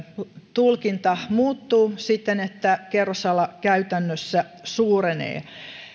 tulkinta muuttuu siten että kerrosala käytännössä suurenee